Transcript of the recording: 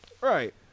Right